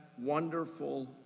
wonderful